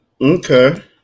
Okay